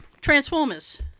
Transformers